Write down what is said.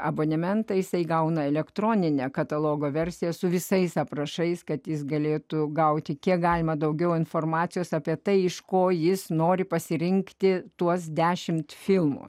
abonementą jisai gauna elektroninę katalogo versiją su visais aprašais kad jis galėtų gauti kiek galima daugiau informacijos apie tai iš ko jis nori pasirinkti tuos dešimt filmų